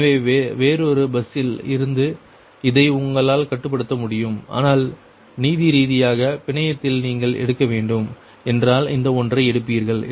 எனவே வேறொரு பஸ்ஸில் இருந்து இதை உங்களால் கட்டுப்படுத்த முடியும் ஆனால் நீதி ரீதியாக பிணையத்தில் நீங்கள் எடுக்க வேண்டும் என்றால் எந்த ஒன்றை எடுப்பீர்கள்